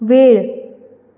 वेळ